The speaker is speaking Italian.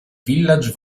village